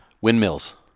windmills